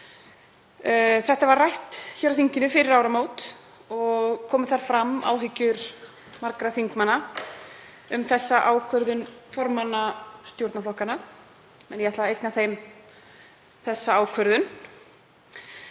Málið var rætt hér á þinginu fyrir áramót og komu þar fram áhyggjur margra þingmanna af þessari ákvörðun formanna stjórnarflokkanna en ég ætla að eigna þeim ákvörðunina.